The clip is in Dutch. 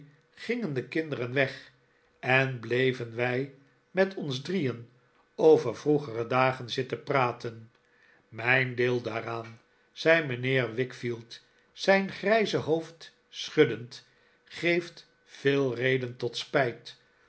gingen de kinderen weg en bleven wij met ons drieen over vroegere dagen zitten praten mijn deel daaraan zei mijnheer wickfield zijn grijze hoofd schuddend geeft veel reden tot spijt